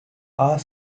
are